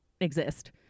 exist